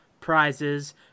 prizes